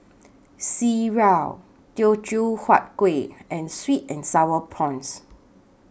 Sireh Teochew Huat Kuih and Sweet and Sour Prawns